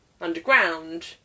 underground